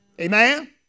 Amen